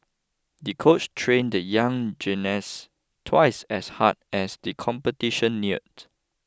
the coach trained the young gymnast twice as hard as the competition neared